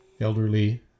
elderly